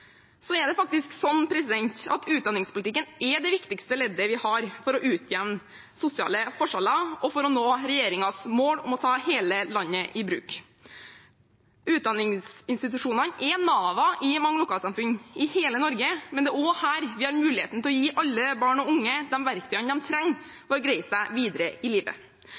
Det er faktisk sånn at utdanningspolitikken er det viktigste midlet vi har for å utjevne sosiale forskjeller og for å nå regjeringens mål om å ta hele landet i bruk. Utdanningsinstitusjonene er navene i mange lokalsamfunn i hele Norge, men det er også her vi har muligheten til å gi alle barn og unge de verktøyene de trenger for å greie seg videre i livet.